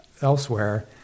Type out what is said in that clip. elsewhere